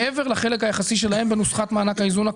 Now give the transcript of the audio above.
מעבר לחלק היחסי שלהם בנוסחת מענק האיזון הכללית.